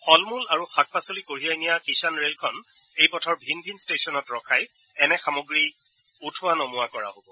ফলমূল আৰু শাক পাচলি কঢ়িয়াই নিয়া কিষান ৰেলখন এই পথৰ ভিন ভিন ষ্টেচনত ৰখাই এনে সামগ্ৰী উঠোৱা নমোৱা কৰা হব